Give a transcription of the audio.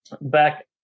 back